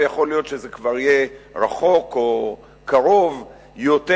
ויכול להיות שזה כבר יהיה רחוק או קרוב יותר